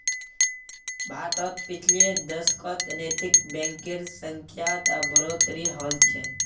भारतत पिछले दशकत नैतिक बैंकेर संख्यात बढ़ोतरी हल छ